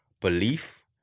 belief